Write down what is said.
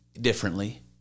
differently